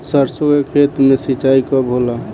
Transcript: सरसों के खेत मे सिंचाई कब होला?